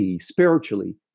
spiritually